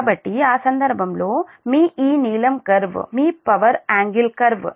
కాబట్టి ఆ సందర్భంలో మీ ఈ నీలం కర్వ్ మీ పవర్ యాంగిల్ కర్వ్